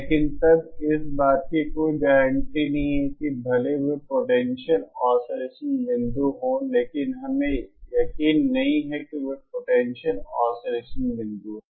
लेकिन तब इस बात की कोई गारंटी नहीं है कि भले ही वे पोटेंशियल ऑसिलेसन बिंदु हों लेकिन हमें यकीन नहीं है कि वे पोटेंशियल ऑसिलेसन बिंदु हैं